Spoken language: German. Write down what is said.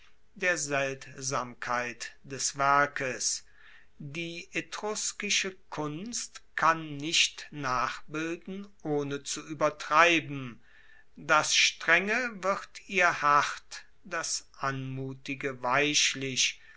der seltsamkeit des werkes die etruskische kunst kann nicht nachbilden ohne zu uebertreiben das strenge wird ihr hart das anmutige weichlich